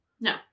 No